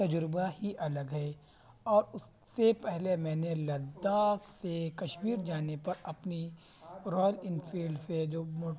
تجربہ ہی الگ ہے اور اس سے پہلے میں نے لداخ سے کشمیر جانے پر اپنی رائل انفیلڈ سے جو